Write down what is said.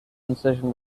incision